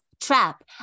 trap